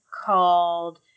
called